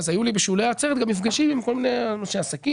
אז היו לי בשולי גם מפגשים עם כל מיני אנשי עסקים,